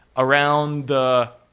around the,